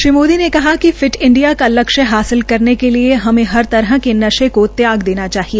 श्री मोदी ने कहा कि फिट इंडिया का लक्ष्य हासिल करने के लिए हमे हर तरह के नशे त्याग देने चाहिए